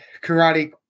karate